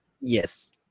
Yes